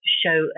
show